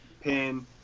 pin